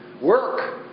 work